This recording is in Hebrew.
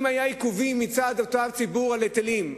אם היו עיכובים מצד אותו ציבור בהיטלים,